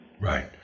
Right